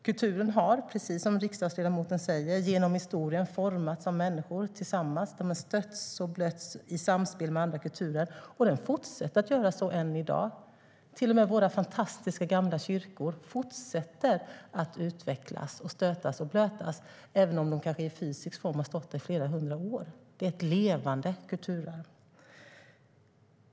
Kulturen har, precis som riksdagsledamoten säger, genom historien formats av människor tillsammans. Den har stötts och blötts i samspel med andra kulturer, och den fortsätter att göra så än i dag. Till och med våra fantastiska gamla kyrkor fortsätter att utvecklas och stötas och blötas, även om de kanske i fysisk form har stått i flera hundra år. Det är ett levande kulturarv.